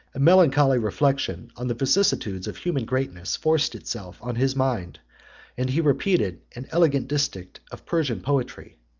a melancholy reflection on the vicissitudes of human greatness forced itself on his mind and he repeated an elegant distich of persian poetry